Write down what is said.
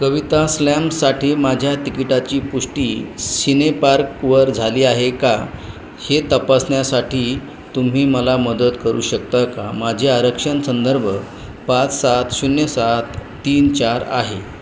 कविता स्लॅमसाठी माझ्या तिकिटाची पुष्टी सिनेपार्कवर झाली आहे का हे तपासण्यासाठी तुम्ही मला मदत करू शकता का माझे आरक्षण संदर्भ पाच सात शून्य सात तीन चार आहे